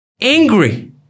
angry